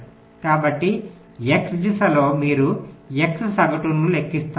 కాబట్టి x దిశలో మీరు x సగటును లెక్కిస్తారు